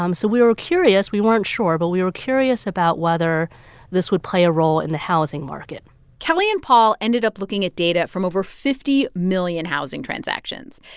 um so we were curious we weren't sure, but we were curious about whether this would play a role in the housing market kelly and paul ended up looking at data from over fifty million housing transactions,